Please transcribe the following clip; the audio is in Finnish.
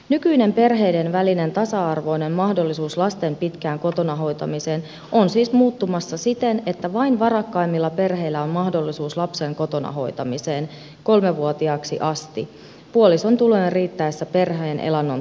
nykyinen perheiden välinen tasa arvoinen mahdollisuus lasten pitkään kotona hoitamiseen on siis muuttumassa siten että vain varakkaimmilla perheillä on mahdollisuus lapsen kotona hoitamiseen kolmevuotiaaksi asti puolison tulojen riittäessä perheen elannon turvaamiseksi